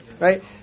right